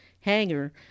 hanger